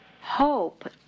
Hope